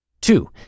Two